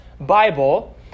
Bible